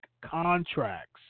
contracts